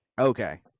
Okay